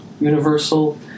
universal